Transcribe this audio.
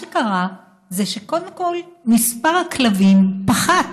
ומה שקרה זה שקודם כול מספר הכלבים פחת.